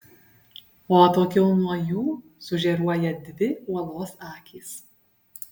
o atokiau nuo jų sužėruoja dvi uolos akys